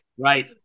right